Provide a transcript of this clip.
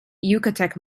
yucatec